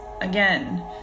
again